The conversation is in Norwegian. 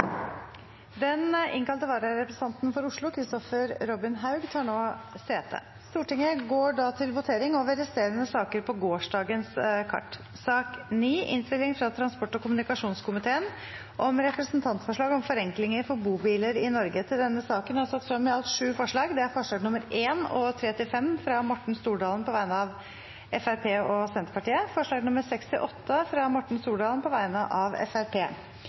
Den innkalte vararepresentanten for Oslo, Kristoffer Robin Haug, tar nå sete. Stortinget går da til votering over de resterende sakene på gårsdagens kart. Under debatten er det satt frem i alt sju forslag. Det er forslagene nr. 1 og 3–5, fra Morten Stordalen på vegne av Fremskrittspartiet og Senterpartiet forslagene nr. 6–8, fra Morten Stordalen på vegne av